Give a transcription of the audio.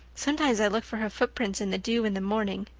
sometimes i look for her footprints in the dew in the morning.